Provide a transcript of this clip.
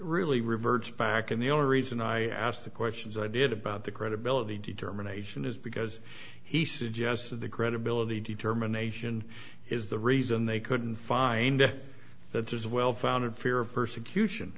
really reverts back and the only reason i asked the questions i did about the credibility determination is because he suggested the credibility determination is the reason they couldn't find if that is well founded fear of persecution